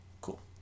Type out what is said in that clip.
Cool